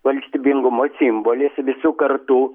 valstybingumo simbolis visų kartų